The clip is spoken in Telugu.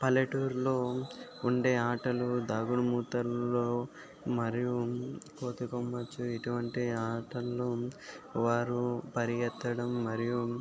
పల్లెటూర్లో ఉండే ఆటలు దాగుడుమూతలు మరియు కోతి కొమ్మచ్చి ఇటువంటి ఆటలలో వారు పరిగెత్తడం మరియు